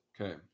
Okay